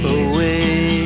away